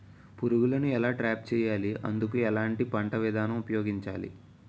పురుగులను ఎలా ట్రాప్ చేయాలి? అందుకు ఎలాంటి పంట విధానం ఉపయోగించాలీ?